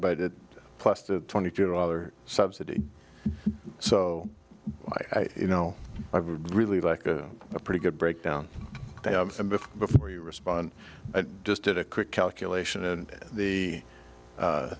but it plus the twenty two other subsidy so i you know i would really like a pretty good breakdown before you respond and just did a quick calculation and the